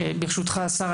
ברשותך השר,